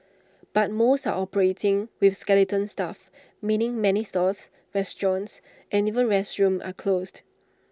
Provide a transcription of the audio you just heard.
but most are operating with skeleton staff meaning many stores restaurants and even restrooms are closed